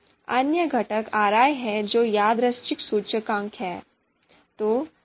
अन्य घटक आरआई है जो यादृच्छिक सूचकांक है